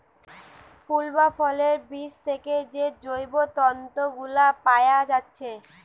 ফুল বা ফলের বীজ থিকে যে জৈব তন্তু গুলা পায়া যাচ্ছে